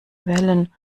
wellen